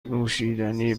نوشیدنی